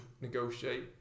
negotiate